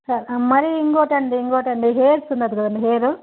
సరే మరి ఇంకా ఒకటండి ఇంకా ఒకటండి హెయిర్స్ ఉన్నది కదండీ హెయిరు